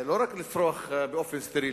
זה לא רק לצרוך באופן סטרילי.